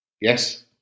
Yes